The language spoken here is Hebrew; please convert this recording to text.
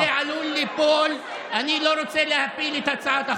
וזה עלול ליפול, אני לא רוצה להפיל את הצעת החוק.